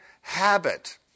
habit